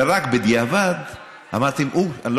ורק בדיעבד אמרתם: אוי,